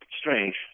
strange